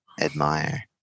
admire